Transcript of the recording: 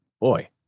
boy